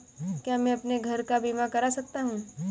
क्या मैं अपने घर का बीमा करा सकता हूँ?